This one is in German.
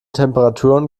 temperaturen